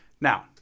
Now